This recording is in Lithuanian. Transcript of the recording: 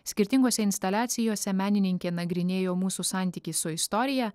skirtingose instaliacijose menininkė nagrinėjo mūsų santykį su istorija